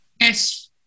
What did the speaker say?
Yes